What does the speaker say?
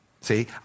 See